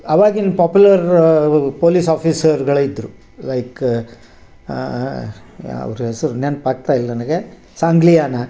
ಆವಾಗಿನ popular police ಆಫೀಸರ್ಗಳೇ ಇದ್ದರು ಲೈಕ್ ಅವ್ರ ಹೆಸರು ನೆನಪಾಗ್ತಾ ಇಲ್ಲ ನನಗೆ ಸಾಂಗ್ಲಿಯಾನ